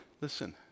listen